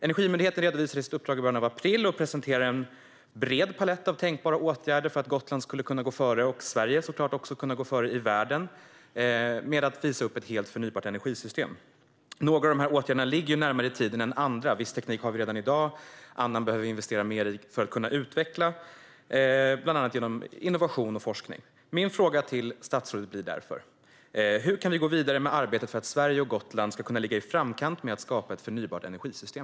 Energimyndigheten redovisade sitt uppdrag i början av april och presenterade en bred palett av tänkbara åtgärder för att Gotland skulle kunna gå före - och såklart också för att Sverige skulle kunna gå före i världen - med att visa upp ett helt förnybart energisystem. Några av de här åtgärderna ligger närmare i tiden än andra. Viss teknik har vi redan i dag. Annan behöver vi investera mer i för att kunna utveckla, bland annat genom innovation och forskning. Min fråga till statsrådet blir därför: Hur kan vi gå vidare med arbetet för att Sverige och Gotland ska kunna ligga i framkant med att skapa ett förnybart energisystem?